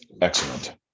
Excellent